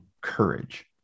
courage